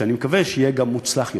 שאני מקווה שיהיה גם מוצלח יותר.